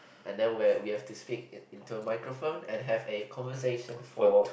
and then where we have to speak into a microphone and have a conversation for